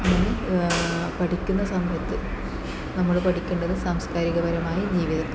അങ്ങനെ പഠിക്കുന്ന സമയത്ത് നമ്മൾ പഠിക്കേണ്ടത് സാംസ്കാരികപരമായി ജീവിതത്തെ